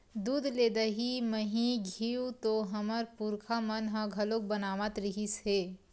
दूद ले दही, मही, घींव तो हमर पुरखा मन ह घलोक बनावत रिहिस हे